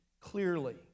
clearly